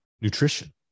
nutrition